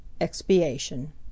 Expiation